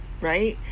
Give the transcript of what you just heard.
Right